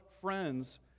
friends